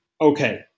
okay